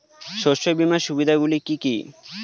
শস্য বিমার সুবিধাগুলি কি কি?